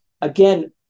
again